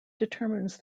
determines